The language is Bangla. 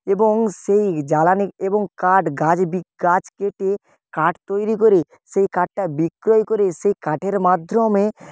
এবং সেই জ্বালানি এবং কাঠ গাছ বিক গাছ কেটে কাট তৈরি করে সেই কাটটা বিক্রয় করে সেই কাঠের মাধ্যমে